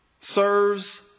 serves